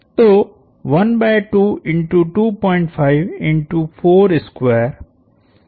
तो जो 20m है